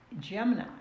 Gemini